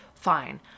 fine